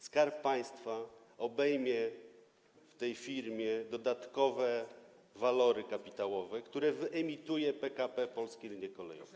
Skarb Państwa obejmie w tej firmie dodatkowe walory kapitałowe, które wyemituje PKP Polskie Linie Kolejowe.